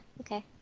okay